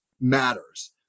matters